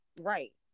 right